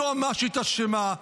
היועמ"שית אשמה,